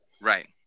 right